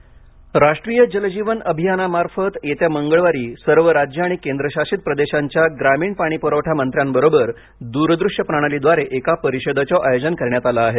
अभियान राष्ट्रीय जल जीवन अभियानामार्फत येत्या मंगळवारी सर्व राज्ये आणि केंद्रशासित प्रदेशांच्या ग्रामीण पाणीपुरवठा मंत्र्यांबरोबर दूरदृश्य प्रणालीद्वारे एका परिषदेचं आयोजन करण्यात आल आहे